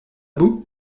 boue